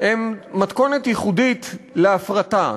הם מתכונת ייחודית להפרטה.